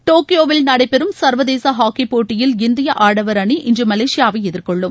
டோக்கியோவில் நடைபெறும் சர்வதேச ஹாக்கி போட்டியில் இந்திய ஆடவர் அணி இன்று மலேசியாவை எதிர்கொள்ளும்